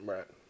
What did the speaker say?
Right